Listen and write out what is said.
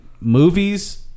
movies